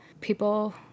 people